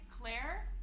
Claire